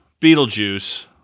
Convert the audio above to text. Beetlejuice